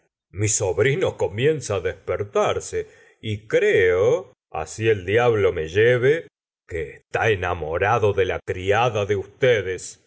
mi sobrino comienza á despertarse y creo así el diablo me lleve que está enamorado de la criada de